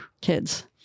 kids